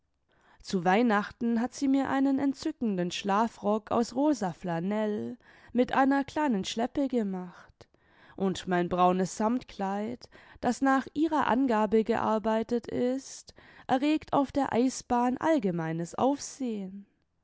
zu weihnachten hat sie mir einen entzückenden schlafrock aus rosa flanell mit einer kleinen schleppe gemacht und mein braunes samtkleid das nach ihrer angabe gearbeitet ist erregt auf der eisbahn allgemeines aufsehen